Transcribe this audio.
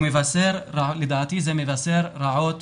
לדעתי זה מבשר רעות